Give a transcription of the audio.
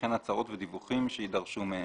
וכן הצהרות ודיווחים שיידרשו מהם.